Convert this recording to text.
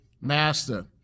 master